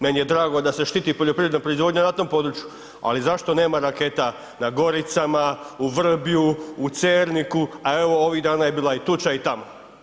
Meni je drago da se štiti poljoprivredna proizvodnja i na tom području, ali zašto nema raketa na Goricama, u Vrbju, u Cerniku, a evo ovih dana je bila i tuča i tamo.